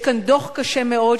יש כאן דוח קשה מאוד,